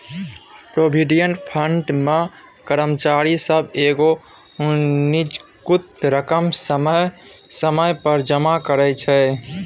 provident fund मे कर्मचारी सब एगो निजगुत रकम समय समय पर जमा करइ छै